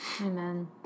Amen